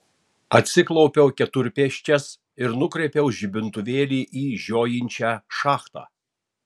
atsiklaupiau keturpėsčias ir nukreipiau žibintuvėlį į žiojinčią šachtą